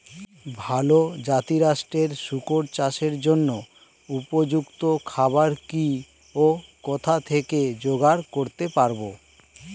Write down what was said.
ভালো জাতিরাষ্ট্রের শুকর চাষের জন্য উপযুক্ত খাবার কি ও কোথা থেকে জোগাড় করতে পারব?